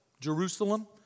Jerusalem